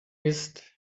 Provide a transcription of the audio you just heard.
ist